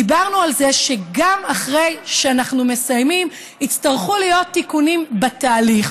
דיברנו על זה שגם אחרי שאנחנו מסיימים יצטרכו להיות תיקונים בתהליך,